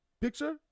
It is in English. picture